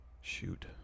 shoot